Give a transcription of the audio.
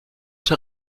eine